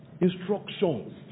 Instructions